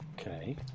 Okay